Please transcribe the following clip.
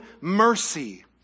mercy